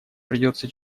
придется